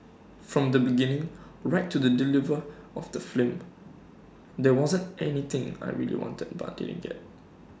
from the beginning right to the deliver of the film there wasn't anything I really wanted but didn't get